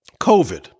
COVID